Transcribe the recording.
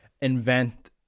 invent